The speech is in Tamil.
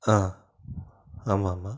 ஆ ஆமாம் ஆமாம்